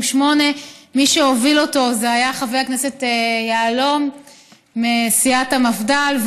מי שהוביל אותו היה חבר הכנסת יהלום מסיעת המפד"ל,